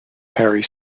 parry